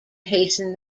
hasten